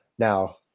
Now